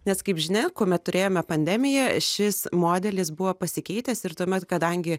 nes kaip žinia kuomet turėjome pandemiją šis modelis buvo pasikeitęs ir tuomet kadangi